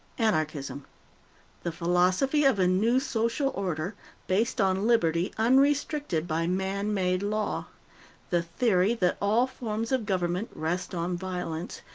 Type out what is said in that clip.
anarchism the philosophy of a new social order based on liberty unrestricted by man-made law the theory that all forms of government rest on violence,